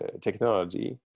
technology